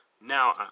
now